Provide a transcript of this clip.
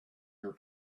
your